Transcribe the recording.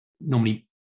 normally